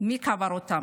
ומי קבר אותם.